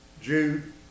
Jude